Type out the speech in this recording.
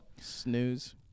Snooze